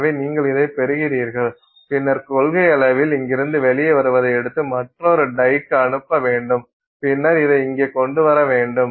எனவே நீங்கள் இதைப் பெறுகிறீர்கள் பின்னர் கொள்கையளவில் இங்கிருந்து வெளியே வருவதை எடுத்து மற்றொரு டை க்கு அனுப்ப வேண்டும் பின்னர் அதை இங்கே கொண்டு வரவேண்டும்